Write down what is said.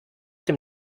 dem